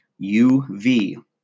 UV